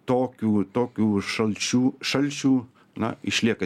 tokių tokių šalčių šalčių na išlieka